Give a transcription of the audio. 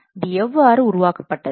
இது எவ்வாறு உருவாக்கப்பட்டது